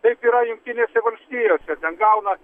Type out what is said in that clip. taip yra jungtinėse valstijose ten gauna